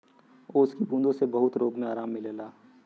ओस की बूँदो से बहुत रोग मे आराम मिलेला